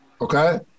okay